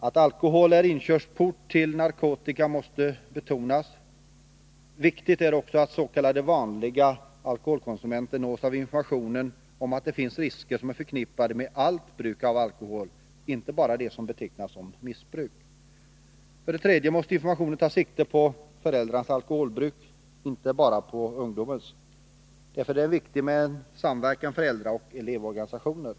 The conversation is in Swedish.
Att alkohol är inkörsport till narkotika måste betonas. Viktigt är också att s.k. vanliga alkoholkonsumenter nås av informationen om att det finns risker som är förknippade med allt bruk av alkohol, inte bara det som betecknas som Nr 140 missbruk. Vidare måste informationen ta sikte på föräldrarnas alkoholbruk, Torsdagen den inte bara på ungdomens. Därför är det viktigt med en samverkan mellan 5 maj 1983 föräldraoch elevorganisationerna.